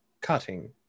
cutting